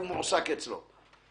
הוא ממילא לא יוכל להשתמש ברכב.